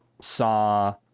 saw